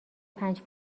پنج